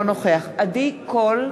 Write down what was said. נוכח עדי קול,